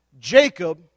Jacob